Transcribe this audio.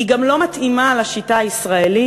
היא גם לא מתאימה לשיטה הישראלית.